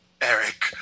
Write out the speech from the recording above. Eric